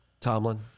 Tomlin